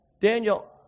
Daniel